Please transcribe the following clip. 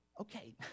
okay